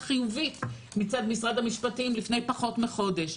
חיובית מצד משרד המשפטים לפני פחות מחודש.